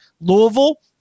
Louisville